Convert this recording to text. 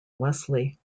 wesley